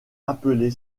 appelée